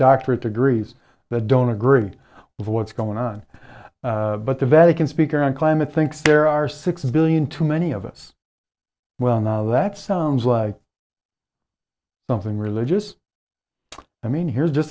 doctorate degrees that don't agree with what's going on but the vatican speaker on climate thinks there are six billion too many of us well now that sounds like something religious i mean here's